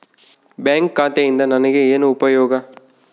Bank ಖಾತೆಯಿಂದ ನನಗೆ ಏನು ಉಪಯೋಗ?